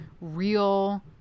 real